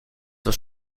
was